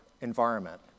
environment